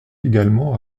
également